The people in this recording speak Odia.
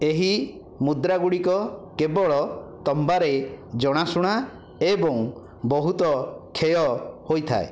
ଏହି ମୁଦ୍ରାଗୁଡ଼ିକ କେବଳ ତମ୍ବାରେ ଜଣାଶୁଣା ଏବଂ ବହୁତ କ୍ଷୟ ହୋଇଥାଏ